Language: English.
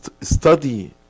study